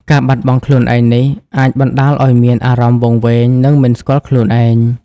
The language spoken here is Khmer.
ការបាត់បង់ខ្លួនឯងនេះ អាចបណ្តាលឲ្យមានអារម្មណ៍វង្វេង និងមិនស្គាល់ខ្លួនឯង។